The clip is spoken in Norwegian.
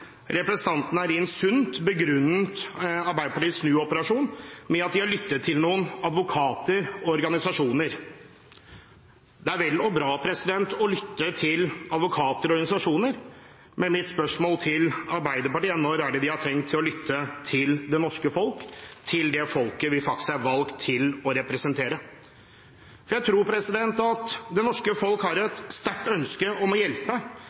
Representanten Eirin Sund begrunnet Arbeiderpartiets snuoperasjon med at de har lyttet til noen advokater og organisasjoner. Det er vel og bra å lytte til advokater og organisasjoner, men mitt spørsmål til Arbeiderpartiet er: Når er det de har tenkt å lytte til det norske folk, til det folket vi faktisk er valgt til å representere? Jeg tror at det norske folk har et sterkt ønske om å hjelpe,